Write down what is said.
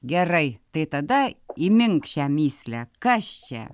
gerai tai tada įmink šią mįslę kas čia